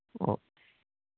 okay